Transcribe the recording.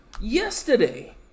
yesterday